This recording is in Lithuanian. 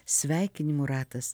sveikinimų ratas